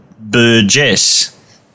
Burgess